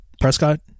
Prescott